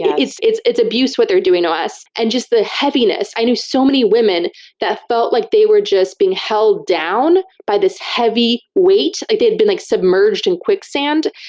it's it's abuse, what they're doing to us. and just the heaviness. i knew so many women that felt like they were just being held down by this heavy weight, like they'd been like submerged in quicksand,